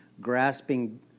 grasping